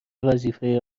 وظیفه